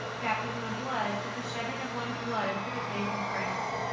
baptism of blood is the shedding of one's blood for the faith of christ.